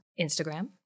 Instagram